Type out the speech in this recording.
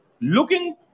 looking